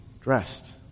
dressed